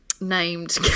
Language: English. named